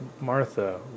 Martha